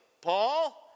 Paul